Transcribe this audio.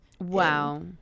Wow